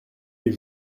des